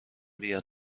بیاد